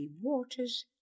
waters